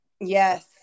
yes